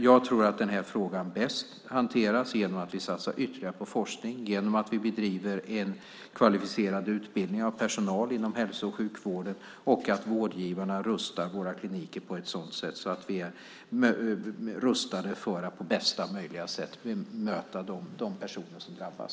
Jag tror att frågan bäst hanteras genom att vi satsar ytterligare på forskning och bedriver en kvalificerad utbildning av personal inom hälso och sjukvården. Det handlar om att vårdgivarna rustar våra kliniker på ett sådant sätt att vi är rustade för att på bästa sätt bemöta de personer som drabbas.